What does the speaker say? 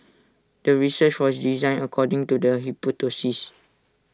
the research was designed according to the hypothesis